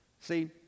See